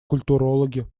культурологи